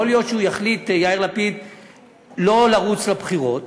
יכול להיות שיאיר לפיד יחליט לא לרוץ לבחירות.